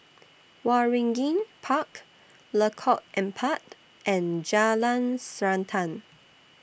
Waringin Park Lengkok Empat and Jalan Srantan